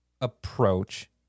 approach